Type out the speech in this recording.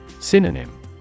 Synonym